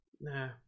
nah